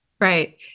Right